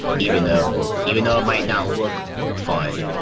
even though even though it might not look fun,